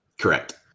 Correct